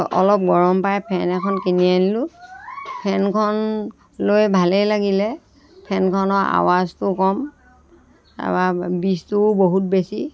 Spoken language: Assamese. অলপ গৰম পাই ফেন এখন কিনি আনিলোঁ ফেনখন লৈ ভালেই লাগিলে ফেনখনৰ আৱাজটোও কম তাৰপৰা বিচটোও বহুত বেছি